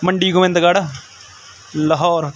Mandi Gobindgarh Lahore